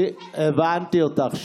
הבנתי אותך.